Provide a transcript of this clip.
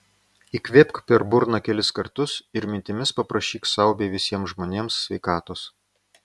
įkvėpk per burną kelis kartus ir mintimis paprašyk sau bei visiems žmonėms sveikatos